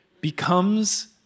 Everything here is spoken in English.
becomes